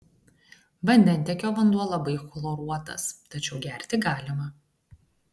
vandentiekio vanduo labai chloruotas tačiau gerti galima